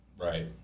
Right